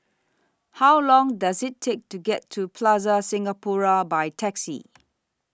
How Long Does IT Take to get to Plaza Singapura By Taxi